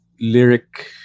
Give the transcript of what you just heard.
Lyric